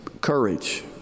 courage